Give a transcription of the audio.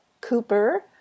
Cooper